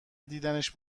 دیدنش